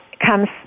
Comes